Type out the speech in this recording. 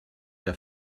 der